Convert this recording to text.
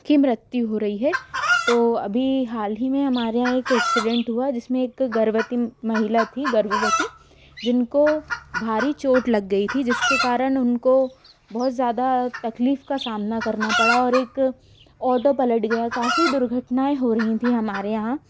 की मृत्यु हो रही है तो अभी हाल ही में हमारे यहाँ एक एक्सीडेंट हुआ जिसमें एक गर्भवती महिला थी गर्भवती जिनको भारी चोट लग गई थी जिसके कारण उनको बहुत ज़्यादा तकलीफ का सामना करना पड़ा और एक ऑटो पलट गया काफी दुर्घटनाएँ हो रही थीं हमारे यहाँ